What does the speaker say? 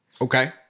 Okay